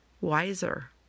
wiser